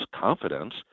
confidence